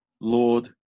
Lord